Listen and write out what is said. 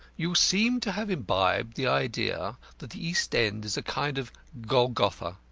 you seem to have imbibed the idea that the east-end is a kind of golgotha,